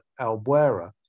Albuera